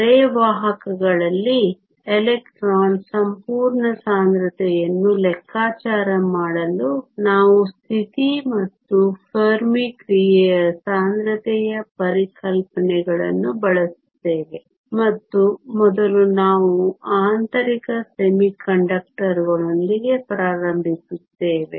ಅರೆವಾಹಕಗಳಲ್ಲಿ electron ಸಂಪೂರ್ಣ ಸಾಂದ್ರತೆಯನ್ನು ಲೆಕ್ಕಾಚಾರ ಮಾಡಲು ನಾವು ಸ್ಥಿತಿ ಮತ್ತು ಫೆರ್ಮಿ ಕ್ರಿಯೆಯ ಸಾಂದ್ರತೆಯ ಪರಿಕಲ್ಪನೆಗಳನ್ನು ಬಳಸುತ್ತೇವೆ ಮತ್ತು ಮೊದಲು ನಾವು ಆಂತರಿಕ ಅರೆವಾಹಕಗಳೊಂದಿಗೆ ಪ್ರಾರಂಭಿಸುತ್ತೇವೆ